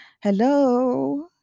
hello